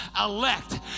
elect